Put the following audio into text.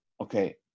Okay